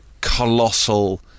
colossal